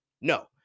No